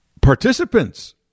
participants